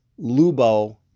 Lubo